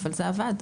זה עבד.